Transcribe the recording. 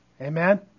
Amen